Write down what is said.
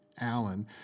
Allen